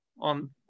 on